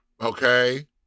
Okay